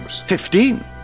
Fifteen